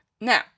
Now